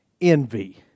envy